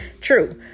true